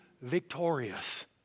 victorious